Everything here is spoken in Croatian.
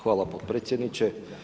Hvala potpredsjedniče.